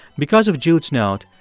because of jude's note,